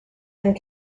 and